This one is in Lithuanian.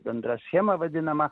bendrą schemą vadinamą